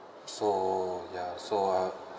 so ya so uh